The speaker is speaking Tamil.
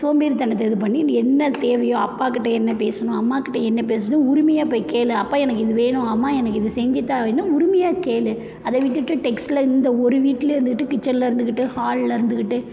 சோம்பேறி தனத்தை இது பண்ணி என்ன தேவையோ அப்பா கிட்ட என்ன பேசணும் அம்மா கிட்ட என்ன பேசணும் உரிமையாக போய் கேளு அப்பா எனக்கு இது வேணும் அம்மா எனக்கு இது செஞ்சுத்தா அப்படின்னு உரிமையா கேளு அதை விட்டுட்டு டெக்ஸ்டில் இந்த ஒரு வீட்டில் இருந்துகிட்டு கிச்சன்ல இருந்துகிட்டு ஹாலில் இருந்துகிட்டு